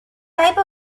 type